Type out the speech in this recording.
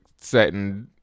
setting